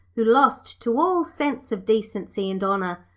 who, lost to all sense of decency and honour,